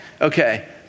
Okay